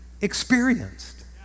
experienced